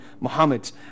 Muhammad